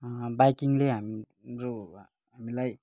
बाइकिङले हाम्रो हामीलाई